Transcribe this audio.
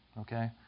Okay